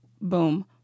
boom